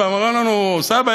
ואמרנו: סבא,